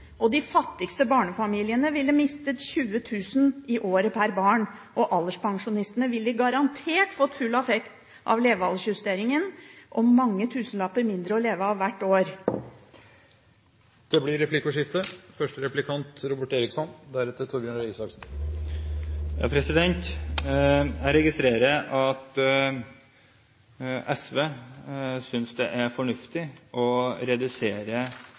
De fattigste barnefamiliene ville mistet 20 000 kr i året per barn. Alderspensjonistene ville garantert fått full effekt av levealdersjusteringen og mange tusenlapper mindre å leve av hvert år. Det blir replikkordskifte. Jeg registrerer at SV synes det er fornuftig å redusere fribeløpet fra 1 G til 0,4 G. Når vi samtidig vet at